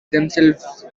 themselves